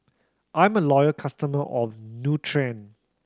I'm a loyal customer of Nutren